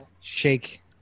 shake